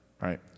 Right